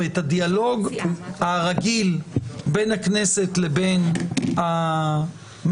או את הדיאלוג הרגיל בין הכנסת לבין הממשלה,